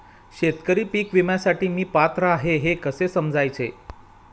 शेतकरी पीक विम्यासाठी मी पात्र आहे हे कसे समजायचे?